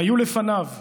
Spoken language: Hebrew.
היו לפניו הביל"ויים,